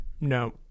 No